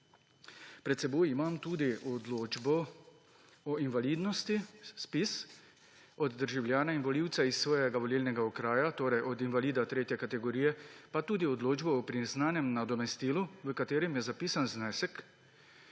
Pred seboj imam tudi odločbo o invalidnosti ZPIZ od državljana in volivca iz svojega volilnega okraja, torej od invalida III. kategorije, pa tudi odločbo o priznanem nadomestilu, v katerem je zapisan znesek